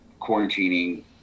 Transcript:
quarantining